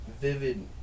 vivid